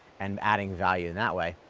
and adding value in that way,